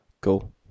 cool